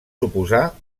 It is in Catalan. suposar